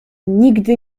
nigdy